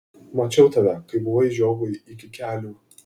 mačiau tave kai buvai žiogui iki kelių